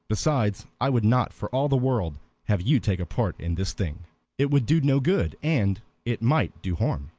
besides, i would not for all the world have you take a part in this thing it would do no good, and it might do harm.